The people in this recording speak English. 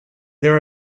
there